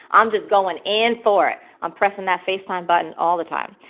i'm just going and for it i'm pressing that facetime button all the time.